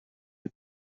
est